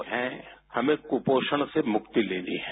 वो है हमें कुपोषण से मुक्ति लेनी है